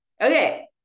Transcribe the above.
Okay